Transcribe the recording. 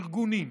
ארגונים,